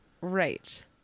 Right